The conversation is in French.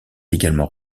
également